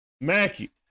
Mackie